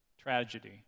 tragedy